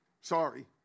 sorry